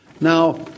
Now